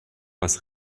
was